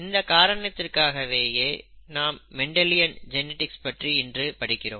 இந்த காரணத்திற்காகவே நாம் மெண்டலியன் ஜெனிடிக்ஸ் பற்றி இன்றும் படிக்கிறோம்